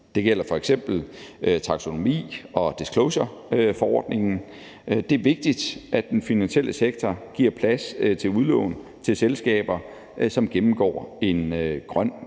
Det gælder f.eks. taksonomi- og disclosureforordningen. Det er vigtigt, at den finansielle sektor giver plads til udlån til selskaber, som gennemgår en grøn